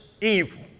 evil